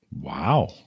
Wow